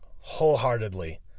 wholeheartedly